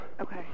Okay